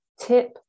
Tip